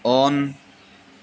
on